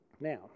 Now